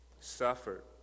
suffered